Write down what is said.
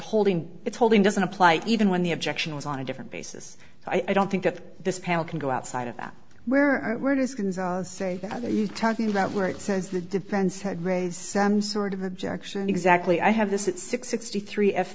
holding it's holding doesn't apply even when the objection was on a different basis i don't think that this panel can go outside of that where are you talking about where it says the defense had raised some sort of objection exactly i have this it's six sixty three f